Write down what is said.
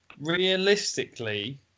Realistically